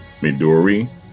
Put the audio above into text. Midori